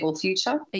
Future